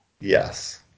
Yes